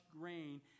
grain